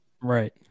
Right